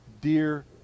dear